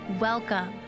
Welcome